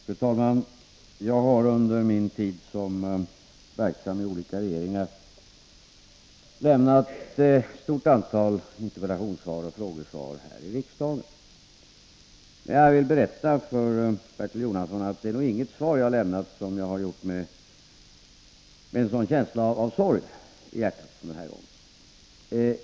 Fru talman! Jag har under min tid som verksam i olika regeringar lämnat ett stort antal interpellationssvar och frågesvar här i riksdagen. Men jag vill berätta för Bertil Jonasson att jag nog inte någon gång tidigare lämnat ett svar med sådan känsla av sorg i hjärtat som denna gång.